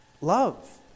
love